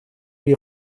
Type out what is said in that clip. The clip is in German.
die